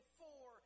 four